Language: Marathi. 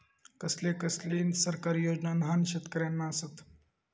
कसले कसले सरकारी योजना न्हान शेतकऱ्यांना आसत?